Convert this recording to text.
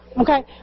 Okay